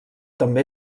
també